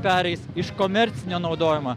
pereis iš komercinio naudojimo